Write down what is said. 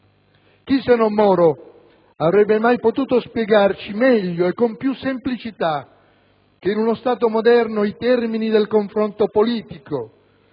Chi, se non Moro, avrebbe mai potuto spiegarci meglio e con più semplicità che in uno Stato moderno i termini del confronto politico